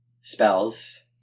spells